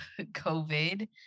COVID